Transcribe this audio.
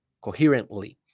coherently